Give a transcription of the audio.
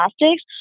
plastics